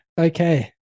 okay